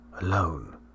Alone